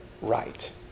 right